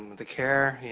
the care,